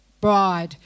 Bride